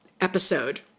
episode